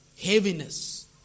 heaviness